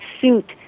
suit